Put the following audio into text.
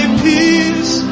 peace